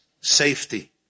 safety